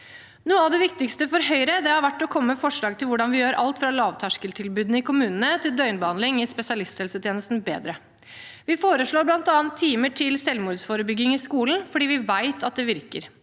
Noe av det viktigste for Høyre har vært å komme med forslag til hvordan vi gjør alt fra lavterskeltilbudene i kommunene til døgnbehandling i spesialisthelsetjenesten bedre. Vi foreslår bl.a. timer til selvmordsforebygging i skolen, fordi vi vet at det virker.